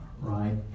right